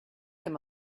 him